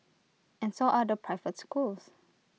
and so are the private schools